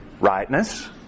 rightness